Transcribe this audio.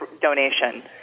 donation